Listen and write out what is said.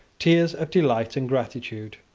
tears of delight and gratitude.